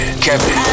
Kevin